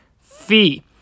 fee